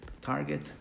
target